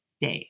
day